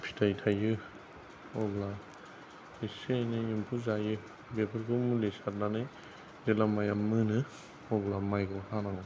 फिथाइ थायो अब्ला इसे एनै एम्फौ जायो बेफोरखौ मुलि सारनानै जेला माइया मोनो अब्ला माइखौ हानांगौ